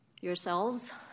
yourselves